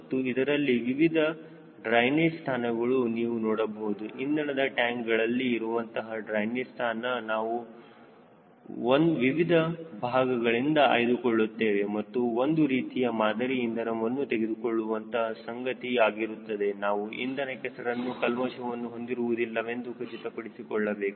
ಮತ್ತು ಇದರಲ್ಲಿ ವಿವಿಧ ಡ್ರೈನೇಜ್ ಸ್ಥಾನಗಳನ್ನು ನೀವು ನೋಡಬಹುದು ಇಂಧನದ ಟ್ಯಾಂಕ್ಗಳಲ್ಲಿ ಇರುವಂತಹ ಡ್ರೈನೇಜ್ ಸ್ಥಾನ ನಾವು ನಾವು ವಿವಿಧ ಭಾಗಗಳಿಂದ ಆಯ್ದುಕೊಳ್ಳುತ್ತೇವೆ ಇದು ಒಂದು ರೀತಿಯ ಮಾದರಿ ಇಂಧನವನ್ನು ತೆಗೆದುಕೊಳ್ಳುವಂತಹ ಸಂಗತಿ ಆಗಿರುತ್ತದೆ ನಾವು ಇಂಧನ ಕೆಸರನ್ನು ಕಲ್ಮಶವನ್ನು ಹೊಂದಿರುವುದಿಲ್ಲವೆಂದು ಖಚಿತಪಡಿಸಿಕೊಳ್ಳಬೇಕು